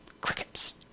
Crickets